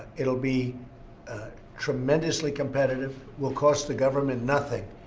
it'll be tremendously competitive, will cost the government nothing,